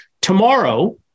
tomorrow